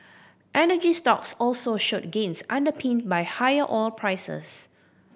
energy stocks also showed gains underpinned by higher oil prices